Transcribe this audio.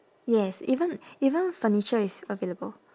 yes even even furniture is available